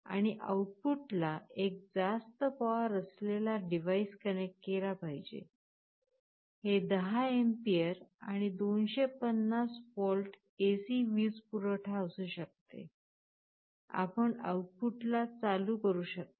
आणि आउटपुटला एक जास्त पॉवर असलेला डिव्हाइस कनेक्ट केला पाहिजे हे 10 अँपिअर आणि 250 व्होल्ट AC वीजपुरवठा असू शकते आपण आउटपुटला चालू करू शकता